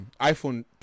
iPhone